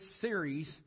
series